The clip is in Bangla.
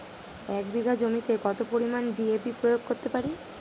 এক বিঘা জমিতে কত পরিমান ডি.এ.পি প্রয়োগ করতে পারি?